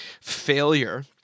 failure